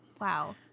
Wow